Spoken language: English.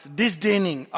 disdaining